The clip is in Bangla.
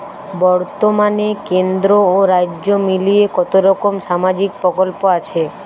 বতর্মানে কেন্দ্র ও রাজ্য মিলিয়ে কতরকম সামাজিক প্রকল্প আছে?